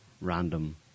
random